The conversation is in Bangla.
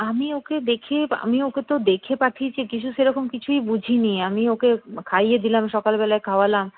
আমি ওকে দেখে আমি ওকে তো দেখে পাঠিয়েছি কিছু সেরকম কিছুই বুঝিনি আমি ওকে খাইয়ে দিলাম সকালবেলা খাওয়ালাম